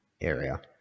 area